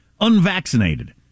unvaccinated